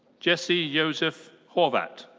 jesse joseph horvath.